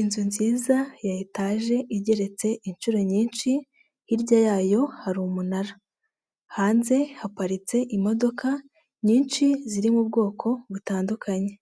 Inzu nziza ya etaje igeretse inshuro nyinshi, hirya yayo hari umunara, hanze haparitse imodoka nyinshi ziri mu bwoko butandukanye,